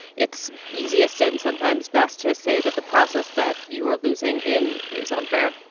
it's easiest and sometimes best to say that the process that you are losing in is unfair?